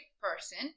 person